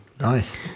nice